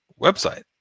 website